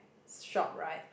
shop right